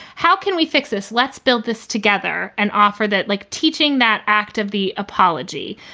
how can we fix this? let's build this together and offer that like teaching that act of the apology.